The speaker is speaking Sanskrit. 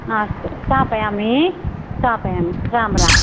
आस्तु स्थापयामि स्थापयामि राम्राम्